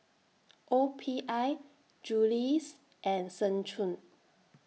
O P I Julie's and Seng Choon